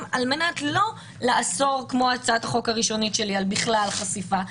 על מנת לא לאסור כמו הצעת חוק הראשונית שלי על בכלל חשיפה,